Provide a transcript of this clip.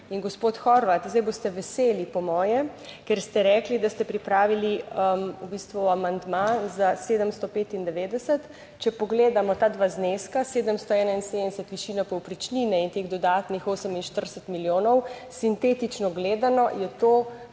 gospod Horvat zdaj boste veseli, po moje, ker ste rekli, da ste pripravili v bistvu amandma za 795, če pogledamo, ta dva zneska, 771 višina povprečnine in teh dodatnih 48 milijonov, sintetično gledano je to